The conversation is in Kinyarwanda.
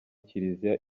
kiriziya